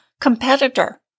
competitor